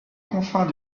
confins